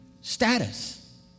status